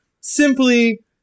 simply